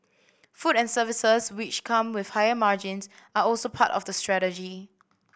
food and services which come with higher margins are also part of the strategy